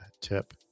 tip